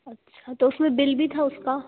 अच्छा तो उसमें बिल भी था उसका